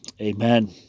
Amen